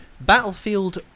Battlefield